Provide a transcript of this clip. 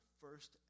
first